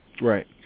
Right